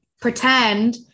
pretend